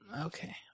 Okay